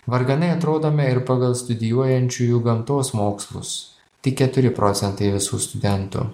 varganai atrodome ir pagal studijuojančiųjų gamtos mokslus tik keturi procentai visų studentų